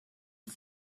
are